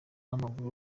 w’amaguru